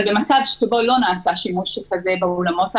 אבל במצב שבו לא נעשה שימוש כזה באולמות הללו,